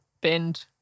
bend